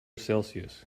celsius